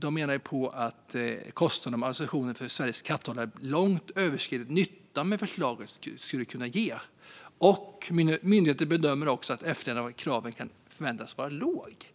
De menar att kostnaderna och administrationen för Sveriges katthållare långt överskrider den nytta som förslaget skulle kunna ge. Myndigheten bedömer också att efterlevnaden av kraven kan förväntas vara låg.